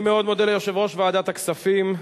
אני מאוד מודה ליושב-ראש ועדת הכספים,